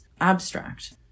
abstract